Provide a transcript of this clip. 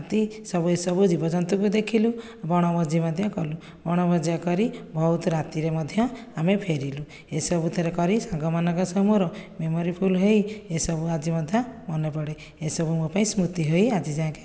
ହାତୀ ସବୁ ଏସବୁ ଜୀବଜନ୍ତୁଙ୍କୁ ଦେଖିଲୁ ବଣଭୋଜି ମଧ୍ୟ କଲୁ ବଣଭୋଜି କରି ବହୁତ ରାତିରେ ମଧ୍ୟ ଆମେ ଫେରିଲୁ ଏସବୁଥିରେ କରି ସାଙ୍ଗମାନଙ୍କ ସହ ମୋର ମେମୋରି ଫୁଲ୍ ହୋଇ ଏସବୁ ଆଜି ମଧ୍ୟ ମନେ ପଡ଼େ ଏସବୁ ମୋ ପାଇଁ ସ୍ମୃତି ହୋଇ ଆଜି ଜାଙ୍କେ ଅଛି